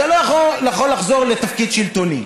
אתה לא יכול לחזור לתפקיד שלטוני.